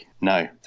No